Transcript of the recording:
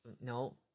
No